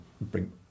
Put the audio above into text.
bring